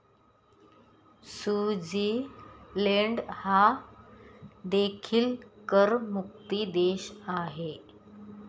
Switzerland हा देखील करमुक्त देश आहे